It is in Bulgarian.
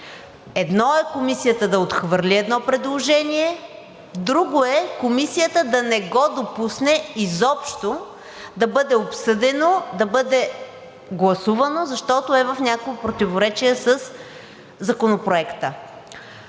Едно е Комисията да отхвърли едно предложение, друго е Комисията да не го допусне изобщо да бъде обсъдено, да бъде гласувано, защото е в някакво противоречие със Законопроекта.